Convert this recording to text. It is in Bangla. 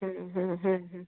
হুম হুম হুম হুম